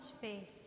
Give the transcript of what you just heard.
faith